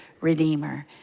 redeemer